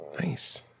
Nice